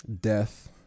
death